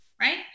right